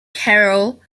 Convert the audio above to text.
carroll